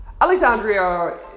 Alexandria